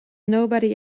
nobody